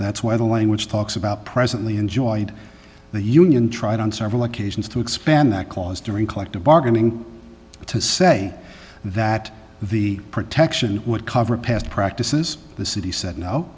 that's where the line which talks about presently enjoyed the union tried on several occasions to expand that clause during collective bargaining to say that the protection would cover past practices the city said no